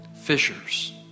fishers